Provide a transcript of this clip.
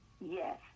Yes